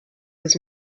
was